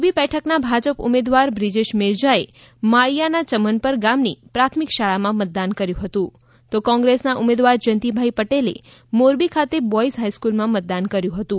મોરબી બેઠકના ભાજપ ઉમેદવાર બ્રિજેશ મેરજાએ માળિયાના યમનપર ગામની પ્રાથમિક શાળામાં મતદાન કર્યું હતું તો કોંગ્રેસના ઉમેદવાર જયંતીભાઈ પટેલે મોરબી ખાતે બોયઝ હાઈસ્કૂલમાં મતદાન કર્યું હતું